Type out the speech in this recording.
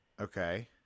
Okay